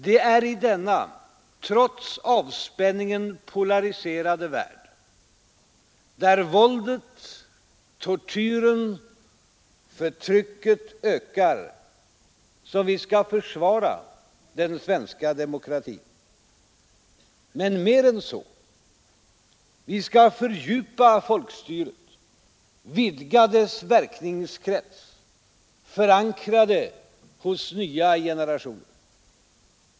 Det är i denna trots avspänningen polariserade värld, där våldet, tortyren och förtrycket ökar, som vi skall försvara den svenska demokratin. Men mer än så — vi skall fördjupa folkstyret, vidga dess verkningskrets och förankra det hos nya generationer.